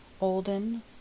olden